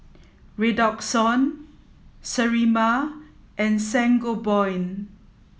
Redoxon Sterimar and Sangobion